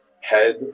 head